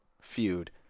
feud